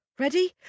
Ready